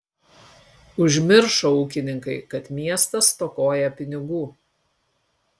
užmiršo ūkininkai kad miestas stokoja pinigų